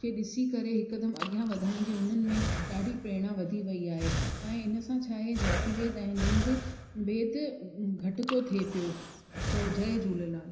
खे ॾिसी करे हिकदमि अॻिया वधण जी हुननि में ॾाढी प्रेरणा वधी वेई आहे ऐं हिन सां छाहे जातिवेद ऐं लिंग भेद घटि थो थिए पियो चयो जय झूलेलाल